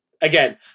again